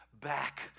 back